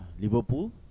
Liverpool